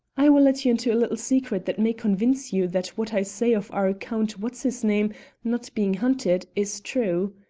i will let you into a little secret that may convince you that what i say of our count what's-his-name not being hunted is true.